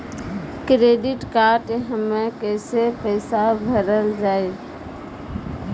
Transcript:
Credit card हम्मे कैसे पैसा भरल जाए?